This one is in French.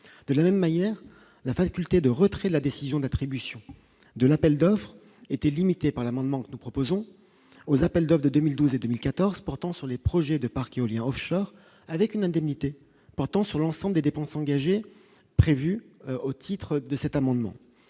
de la même manière, la faculté de retrait de la décision d'attribution de l'appel d'offres était limité par l'amendement que nous proposons aux appels de 2012 et 2014 portant sur les projets de parcs qui éolien Offshore avec une indemnité portant sur l'ensemble des dépenses engagées au titre de cet amendement